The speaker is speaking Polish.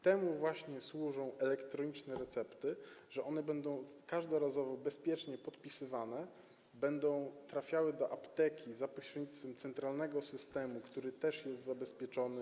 Temu właśnie służą elektroniczne recepty - one będą każdorazowo bezpiecznie podpisywane, będą trafiały do apteki za pośrednictwem centralnego systemu, który też jest zabezpieczony.